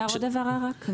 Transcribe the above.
אפשר עוד הבהרה רק?